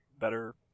better